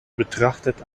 betrachtet